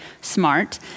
smart